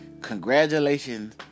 congratulations